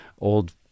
old